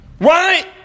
Right